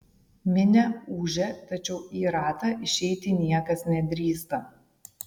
minia ūžia tačiau į ratą išeiti niekas nedrįsta